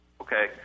Okay